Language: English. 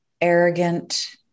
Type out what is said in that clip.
arrogant